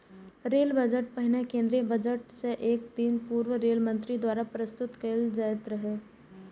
rail budget पहिने केंद्रीय budget सं एक दिन पूर्व रेल मंत्री द्वारा प्रस्तुत कैल जाइत रहै